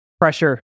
pressure